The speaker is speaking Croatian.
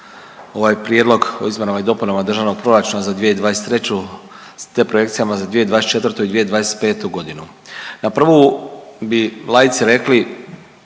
ovaj Prijedlog o izmjenama i dopunama Državnog proračuna za 2023. te projekcijama za 2024. i 2025. godinu. Na prvu bi laici rekli